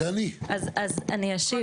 אני אשיב.